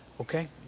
Okay